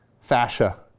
fascia